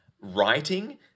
writing